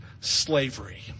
slavery